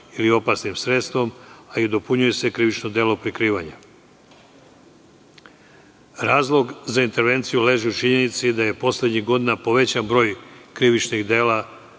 ili opasnim sredstvom, a i dopunjuje se krivično delo prikrivanja. Razlog za intervenciju leži u činjenici da je poslednjih godina povećan broj krivičnih dela